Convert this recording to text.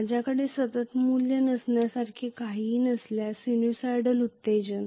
माझ्याकडे सतत मूल्य नसण्यासारखे काहीही नसल्यास साइनसॉइडल उत्तेजन